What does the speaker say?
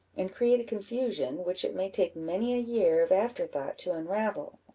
and create a confusion which it may take many a year of after-thought to unravel?